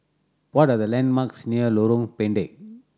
what are the landmarks near Lorong Pendek